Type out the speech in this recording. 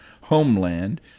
homeland